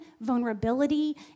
vulnerability